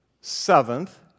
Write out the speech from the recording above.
seventh